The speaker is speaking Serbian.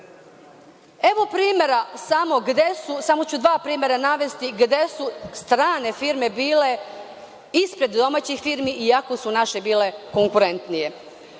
primera, samo ću dva primera navesti, gde su strane firme bile ispred domaćih firmi iako su naše bile konkurentnije.